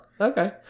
Okay